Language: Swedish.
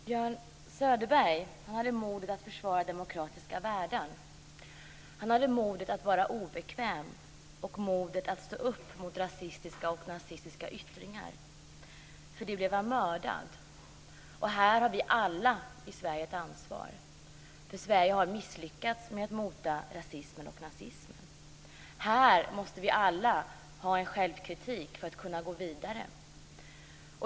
Fru talman! Björn Söderberg hade modet att försvara demokratiska värden. Han hade modet att vara obekväm och modet att stå upp mot rasistiska och nazistiska yttringar. För det blev han mördad. Här har vi alla i Sverige ett ansvar, för Sverige har misslyckats med att mota rasismen och nazismen. Här måste vi alla vara självkritiska för att kunna gå vidare.